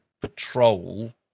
patrol